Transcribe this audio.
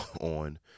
on